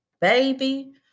baby